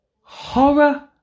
horror